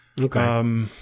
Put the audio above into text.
okay